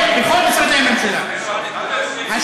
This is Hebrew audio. כן מיקי, אתה היית סגן שר האוצר.